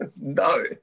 No